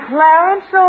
Clarence